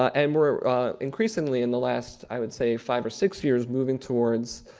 and we're increasingly, in the last, i would say five or six years, moving towards